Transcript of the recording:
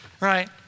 right